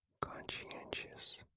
Conscientious